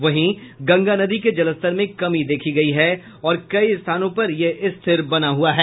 वहीं गंगा नदी के जलस्तर में कमी देखी गयी है और कई स्थानों पर यह स्थिर बना हुआ है